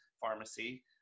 pharmacy